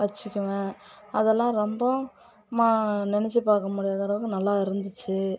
வச்சிக்குவேன் அதெல்லாம் ரொம்பம் மா நினச்சி பார்க்க முடியாத அளவுக்கு நல்லா இருந்துச்சு